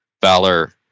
Valor